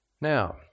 Now